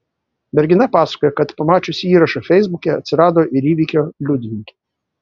mergina pasakoja kad pamačiusi įrašą feisbuke atsirado ir įvykio liudininkė